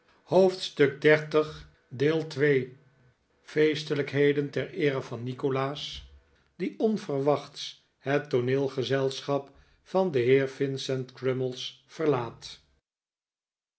hoofdstuk xxx feestelijkheden ter eere van nikolaas die onverwachts het tooneelgezelschap van den heer vincent crummies verlaat